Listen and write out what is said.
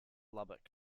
lubbock